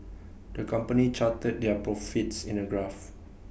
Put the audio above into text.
the company charted their profits in A graph